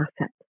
asset